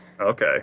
Okay